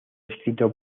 escrito